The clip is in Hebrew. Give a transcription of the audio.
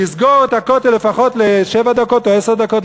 לסגור את הכותל לפחות לשבע דקות או עשר דקות,